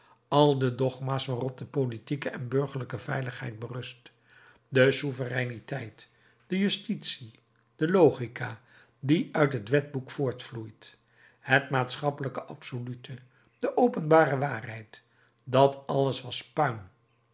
al de dogma's waarop de politieke en burgerlijke veiligheid berust de souvereiniteit de justitie de logica die uit het wetboek voortvloeit het maatschappelijke absolute de openbare waarheid dat alles was